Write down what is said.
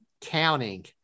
counting